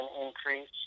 increase